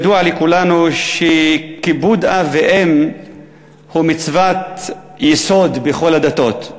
ידוע לכולנו שכיבוד אב ואם הוא מצוות יסוד בכל הדתות,